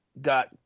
got